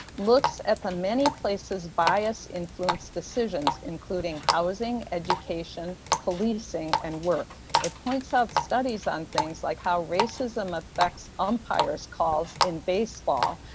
looks at the many places bias influence decisions, including housing, education, policing and work it points out studies on things like how racism affects umpires' calls in baseball.